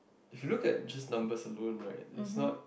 if you look at just numbers alone right is not